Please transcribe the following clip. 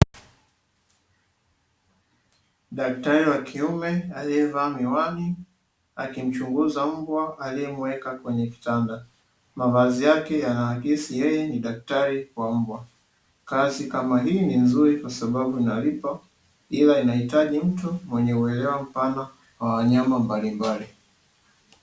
Daktari wa kiume aliyevaa miwani akimchunguza mbwa aliyemuweka kwenye kitanda, mavazi yake yanaakisi yeye ni daktari wa mbwa. Kazi kama hii ni nzuri kwa sababu inalipa, ila inahitaji mtu mwenye uelewa mpana wa wanyama mbalimbali.